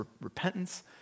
repentance